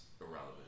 irrelevant